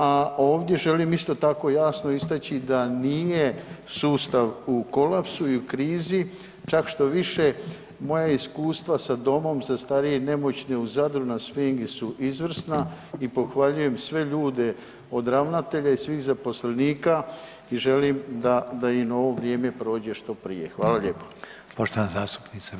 A ovdje želim isto tako jasno istaći da nije sustav u kolapsu i u krizi, čak štoviše moja iskustva sa domom za starije i nemoćne u Zadru na Sfingi su izvrsna i pohvaljujem sve ljude od ravnatelja i svih zaposlenika i želim da, da im ovo vrijeme prođe što prije.